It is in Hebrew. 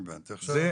זה